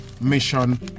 mission